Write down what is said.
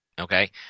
Okay